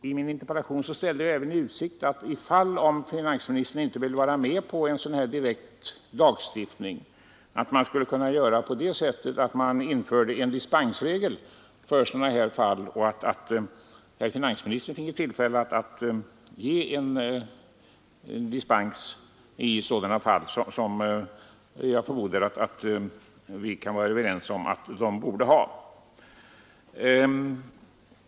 I min interpellation ställde jag även i utsikt att man, om finansministern inte ville vara med om en direkt lagstiftning, skulle kunna införa en dispensregel, så att finansministern finge tillfälle att ge dispens i fall av det här slaget, där jag förmodar att vi kan vara överens om att det är motiverat.